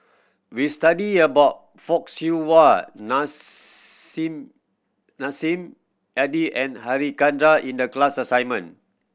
we studied about Fock Siew Wah Nissim Nassim Adis and Harichandra in the class assignment